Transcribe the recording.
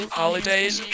holidays